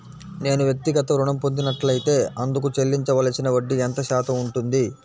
నేను వ్యక్తిగత ఋణం పొందినట్లైతే అందుకు చెల్లించవలసిన వడ్డీ ఎంత శాతం ఉంటుంది?